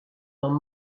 dans